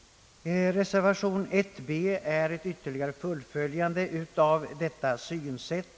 Reservation b innebär ett ytterligare fullföljande av detta synsätt.